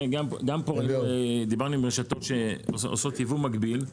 גם פה דיברנו עם רשתות שעושות ייבוא מקביל,